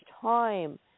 time